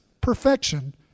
perfection